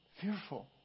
fearful